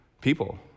people